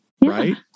right